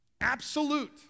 absolute